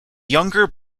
younger